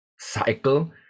cycle